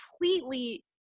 completely